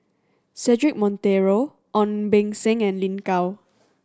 Cedric Monteiro Ong Beng Seng and Lin Gao